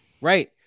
right